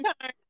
time